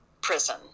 prison